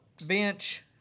bench